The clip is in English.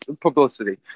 publicity